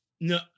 No